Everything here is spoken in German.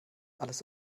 alles